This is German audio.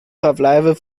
verbleiben